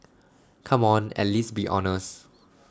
come on at least be honest